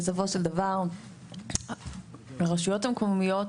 בסופו של דבר הרשויות המקומיות,